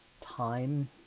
time